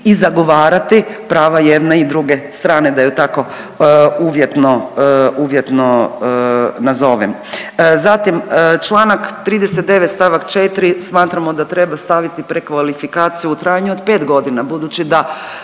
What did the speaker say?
i zagovarati prava jedne i druge strane da ju tako uvjetno, uvjetno nazovem. Zatim, Članak 39. stavak 4. smatramo da treba staviti prekvalifikaciju u trajanju od 5 godina budući da